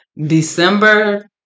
December